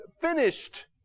finished